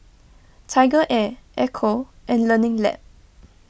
TigerAir Ecco and Learning Lab